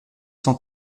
cent